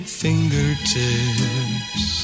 fingertips